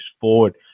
forward